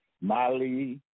Mali